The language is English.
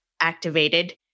activated